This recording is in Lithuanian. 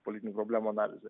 politinių problemų analize